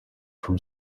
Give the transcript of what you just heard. from